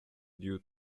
due